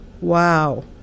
wow